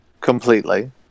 completely